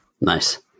nice